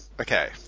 Okay